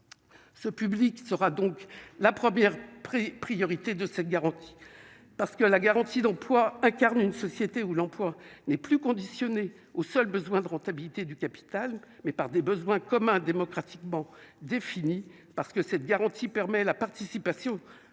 ce public sera donc la première près priorité de cette garantie parce que la garantie d'emploi incarne une société où l'emploi n'est plus conditionnée aux seuls besoins de rentabilité du capital mais par des besoins communs démocratiquement définies, parce que cette garantie permet la participation de